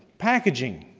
packaging.